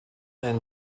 and